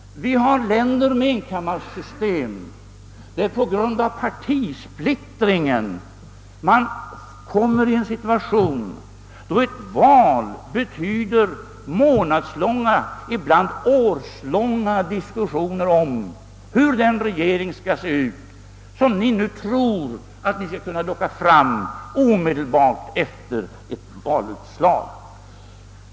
Vi har länder med enkammarsystem där man på grund av partisplittringen kommer i en situation då ett val betyder månadslånga, ibland årslånga diskussioner om hur den regering skall se ut, som ni nu tror att ni skall locka fram omedelbart efter ett valutslag.